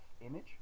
image